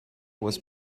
was